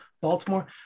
Baltimore